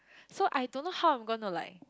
so I don't know how I'm gonna like